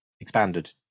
expanded